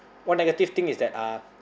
one negative thing is that uh